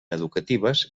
educatives